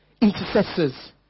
intercessors